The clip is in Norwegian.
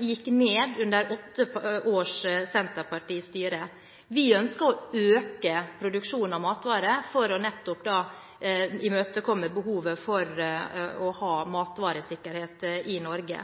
gikk ned under åtte år med senterpartistyre. Vi ønsker å øke produksjonen av matvarer for nettopp å imøtekomme behovet for å ha matvaresikkerhet i Norge.